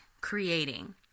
creating